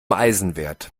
eisenwert